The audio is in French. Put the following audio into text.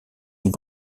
îles